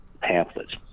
pamphlets